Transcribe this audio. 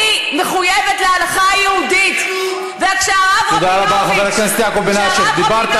אני מחויבת להלכה היהודית, תעני בכנות.